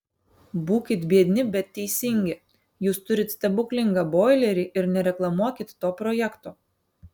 būkit biedni bet teisingi jūs turit stebuklingą boilerį ir nereklamuokit to projekto